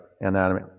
anatomy